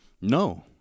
No